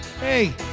Hey